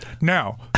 Now